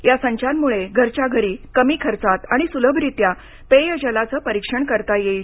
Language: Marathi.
या संचांच्या मदतीनं घरच्या घरी कमी खर्चात आणि सुलभरीत्या पेयाजलाचं परिक्षण करता येईल